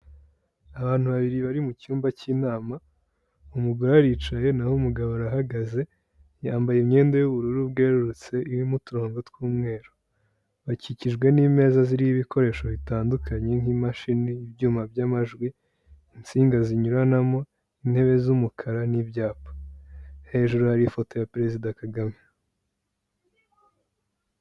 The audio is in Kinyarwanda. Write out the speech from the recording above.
Abantu babiri bari mu cyumba cy'inama, umugore aricaye naho umugabo arahagaze, yambaye imyenda y'ubururu bwerurutse irimo uturongo tw'umweru. Bakikijwe n'imeza zirimo ibikoresho bitandukanye nk'imashini, ibyuma by'amajwi, insinga zinyuranamo, intebe z'umukara n'ibyapa. Hejuru hari ifoto ya perezida Kagame.